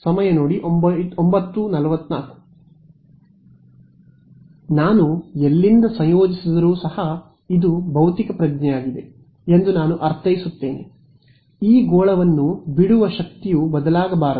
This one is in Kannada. ವಿದ್ಯಾರ್ಥಿ ನಾನು ಎಲ್ಲಿಂದ ಸಂಯೋಜಿಸಿದರೂ ಸಹ ಇದು ಭೌತಿಕ ಪ್ರಜ್ಞೆಯಾಗಿದೆ ಎಂದು ನಾನು ಅರ್ಥೈಸುತ್ತೇನೆ ಈ ಗೋಳವನ್ನು ಬಿಡುವ ಶಕ್ತಿಯು ಬದಲಾಗಬಾರದು